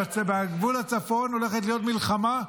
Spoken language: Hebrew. בגבול הצפון הולכת להיות מלחמה,